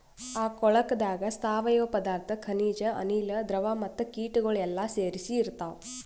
ಆ ಕೊಳುಕದಾಗ್ ಸಾವಯವ ಪದಾರ್ಥ, ಖನಿಜ, ಅನಿಲ, ದ್ರವ ಮತ್ತ ಕೀಟಗೊಳ್ ಎಲ್ಲಾ ಸೇರಿಸಿ ಇರ್ತಾವ್